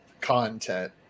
content